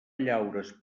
llaures